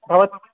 भवत्